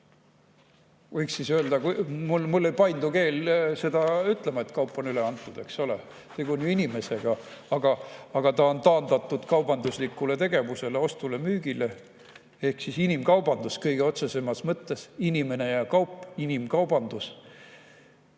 Võiks öelda – mul ei paindu keel seda ütlema –, et kaup on üle antud, eks ole. Tegu on ju inimesega, aga [kõik] on taandatud kaubanduslikule tegevusele, ostule ja müügile. Ehk inimkaubandus kõige otsesemas mõttes. Inimene ja kaup – inimkaubandus.